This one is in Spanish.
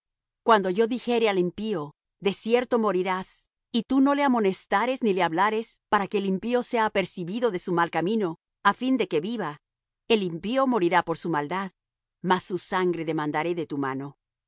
cuando yo dijere al impío de cierto morirás y tú no le amonestares ni le hablares para que el impío sea apercibido de su mal camino á fin de que viva el impío morirá por su maldad mas su sangre demandaré de tu mano